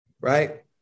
right